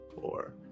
four